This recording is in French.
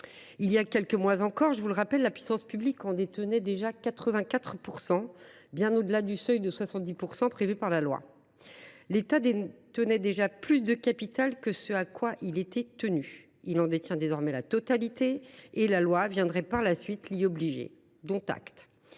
Il y a quelques mois, la puissance publique en détenait déjà 84 %, bien au delà du seuil de 70 % prévu par la loi. L’État possédait déjà plus de capital que ce à quoi il était tenu. Il en détient désormais la totalité et la loi viendrait, par la suite, l’y obliger : dont acte.